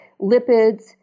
lipids